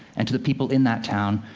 and to the people in that town,